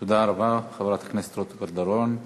תודה רבה, חברת הכנסת רות קלדרון.